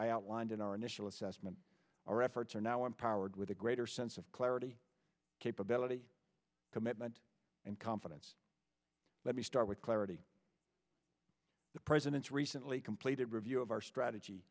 i outlined in our initial assessment our efforts are now empowered with a greater sense of clarity capability commitment and confidence let me start with clarity the president's recently completed review of our strategy